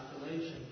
population